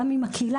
גם עם הקהילה,